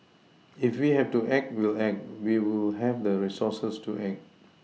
if we have to act we'll act we will have the resources to act